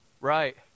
Right